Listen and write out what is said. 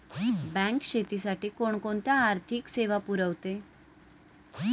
Bank शेतीसाठी कोणकोणत्या आर्थिक सेवा पुरवते?